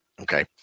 Okay